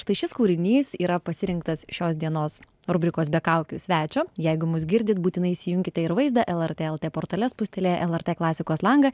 štai šis kūrinys yra pasirinktas šios dienos rubrikos be kaukių svečio jeigu mus girdit būtinai įsijunkite ir vaizdą lrt lt portale spustelėję lrt klasikos langą